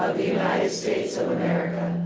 of the united states of america.